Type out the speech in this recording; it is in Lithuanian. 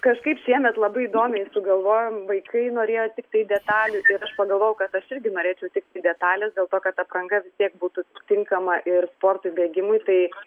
kažkaip šiemet labai įdomiai sugalvojom vaikai norėjo tiktai detalių tai aš pagalvojau kad aš irgi norėčiau tiktai detalės dėl to kad ta apranga vis tiek būtų tinkama ir sportui bėgimui tai